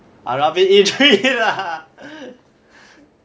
aravin E three lah